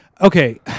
okay